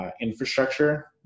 Infrastructure